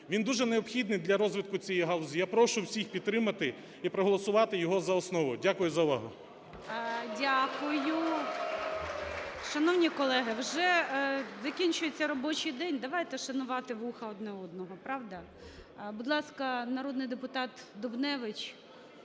Він дуже необхідний для розвитку цієї галузі. Я прошу всіх підтримати і проголосувати його за основу. Дякую за увагу. ГОЛОВУЮЧИЙ. Дякую. Шановні колеги, вже закінчується робочий день, давайте шанувати вуха одне одного. Правда? Будь ласка, народний депутат Дубневич